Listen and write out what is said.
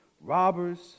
Robbers